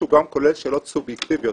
שהוא גם כולל שאלות סובייקטיביות,